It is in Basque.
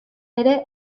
ere